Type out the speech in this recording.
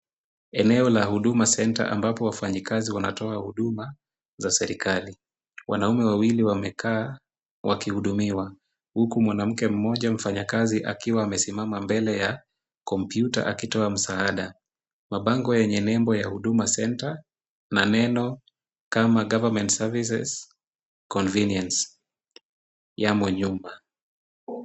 Eneo la huduma center ambapo wafanyi kazi wanatoa huduma, za serikali. Wanaume wawili wamekaa, wakihudumiwa huku mwanamke mmoja mfanyakazi akiwa amesimama mbele ya computer akitoa msaada. Mabango yenye nembo ya Huduma Center na neno kama Government Services convenience yamo nyuma.